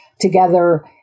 together